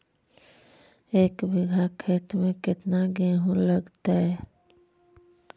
एक बिघा खेत में केतना गेहूं लगतै?